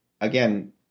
again